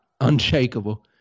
Unshakable